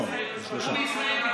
גם ישראל ביתנו.